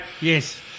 Yes